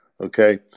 Okay